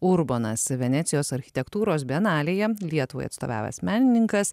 urbonas venecijos architektūros bienalėje lietuvai atstovavęs menininkas